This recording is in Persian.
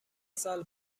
سال